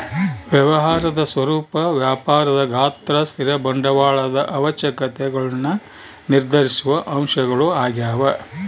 ವ್ಯವಹಾರದ ಸ್ವರೂಪ ವ್ಯಾಪಾರದ ಗಾತ್ರ ಸ್ಥಿರ ಬಂಡವಾಳದ ಅವಶ್ಯಕತೆಗುಳ್ನ ನಿರ್ಧರಿಸುವ ಅಂಶಗಳು ಆಗ್ಯವ